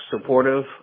supportive